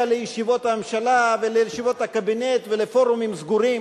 לישיבות הממשלה ולישיבות הקבינט ולפורומים סגורים,